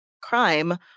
crime